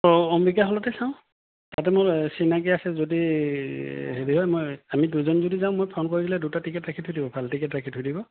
অঁ অম্বিকা হলতে চাওঁ তাতে মোৰ এই চিনাকি আছে যদি হেৰি হয় মই আমি দুজন যদি যাওঁ মই ফোন কৰিলে দুটা টিকেট ৰাখি থৈ দিব ভাল টিকেট ৰাখি থৈ দিব